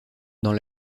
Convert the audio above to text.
dans